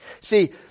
See